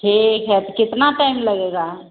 ठीक है तो कितना टाइम लगेगा